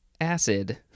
acid